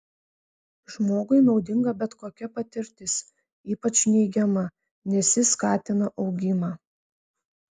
žmogui naudinga bet kokia patirtis ypač neigiama nes ji skatina augimą